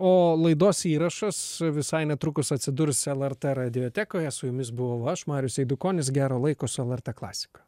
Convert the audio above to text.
o laidos įrašas visai netrukus atsidurs lrt radiotekoje su jumis buvau aš marius eidukonis gero laiko su lrt klasika